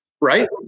Right